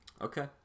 Okay